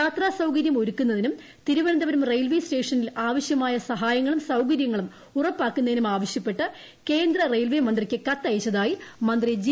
യാത്രാ സൌകര്യം ഒരു ക്കുന്നതിനും തിരുവനന്തപുരം റെയിൽവേ സ്റ്റേഷനിൽ ആവശ്യ മായ സഹായങ്ങളും സൌകര്യങ്ങളും ഉറപ്പാക്കുന്നതിനും ആവശ്യ പ്പെട്ട് കേന്ദ്ര റെയിൽവേ മന്ത്രിയ്ക്ക് കത്തയച്ചതായി മന്ത്രി ജി